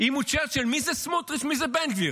אם הוא צ'רצ'יל, מי זה סמוטריץ' ומי זה בן גביר,